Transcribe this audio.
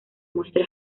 muestra